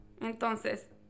Entonces